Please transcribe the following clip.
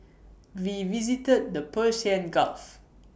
we visited the Persian gulf